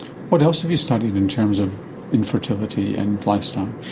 what else have you studied in terms of infertility and lifestyle?